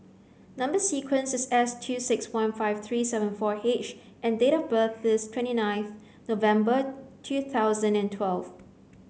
number sequence is S two six one five three seven fou H and date of birth is twenty nineth November two thousand and twelve